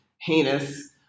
heinous